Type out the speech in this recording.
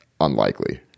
unlikely